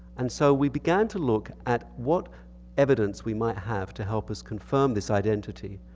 and so we began to look at what evidence we might have to help us confirm this identity.